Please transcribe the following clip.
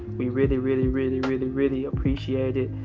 we really, really, really, really, really appreciate it.